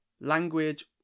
language